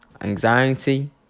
anxiety